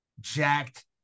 jacked